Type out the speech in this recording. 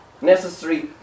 necessary